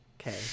Okay